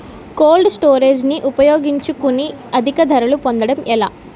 Cold storage ని ఉపయోగించుకొని అధిక ధరలు పొందడం ఎలా?